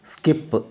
skip